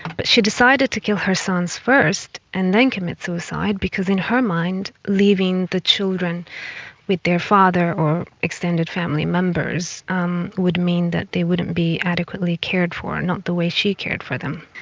but she decided to kill her son's first and then commit suicide, because in her mind, leaving the children with their father or extended family members um would mean that they wouldn't be adequately cared for, not the way she cared for them.